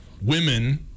women